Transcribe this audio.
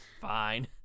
Fine